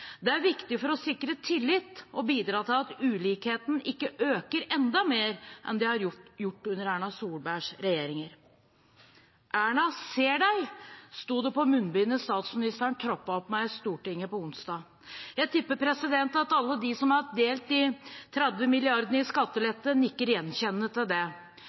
Det er viktig for å sikre tillit og bidra til at ulikhetene ikke øker enda mer enn de har gjort under Erna Solbergs regjeringer. «Erna ser deg», sto det på munnbindet statsministeren troppet opp med i Stortinget på onsdag. Jeg tipper at alle de som har delt de 30 mrd. kr i skattelette, nikker gjenkjennende til det.